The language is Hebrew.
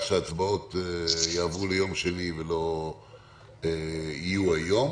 שההצבעות יעברו ליום שני ולא יהיו היום.